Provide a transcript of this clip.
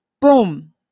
Boom